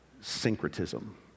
syncretism